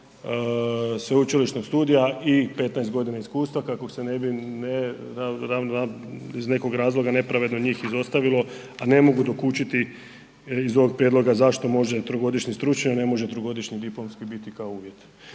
sveučilišnog studija i 15 godina iskustva kako se ne bi iz nekog razloga nepravedno njih izostavilo, a ne mogu dokučiti iz ovog prijedloga zašto može trogodišnji stručni, a ne može trogodišnji diplomski biti kao uvjet.